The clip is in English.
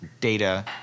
data